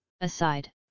Aside